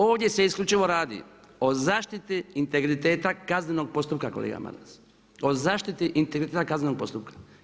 Ovdje se isključivo radi o zaštiti integriteta kaznenog postupka kolega Maras, o zaštiti integriteta kaznenog postupka.